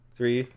Three